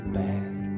bad